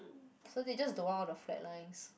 so they just don't want all the flat lines